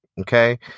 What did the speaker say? okay